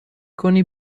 کنی